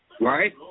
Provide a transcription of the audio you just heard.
Right